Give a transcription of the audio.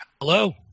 Hello